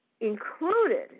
included